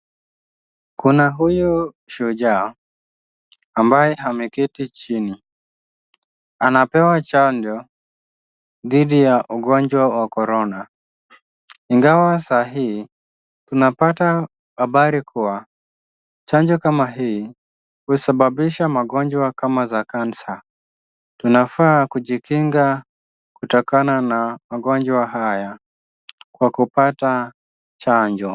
Kuna Huyu soldier ambaye ameketi chini, anapewa chanjo dhidi wa ugonjwa wa korona, ingawa sai tunapata habari kuwa, chanjo kama hii husababisha ugonjwa kama za cancer tunafaa kujikinga kutokana na magonjwa haya kwa kupata chanjo